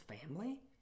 family